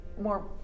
more